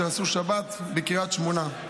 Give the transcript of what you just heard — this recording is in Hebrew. שעשו שבת בקריית שמונה.